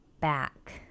back